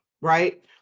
Right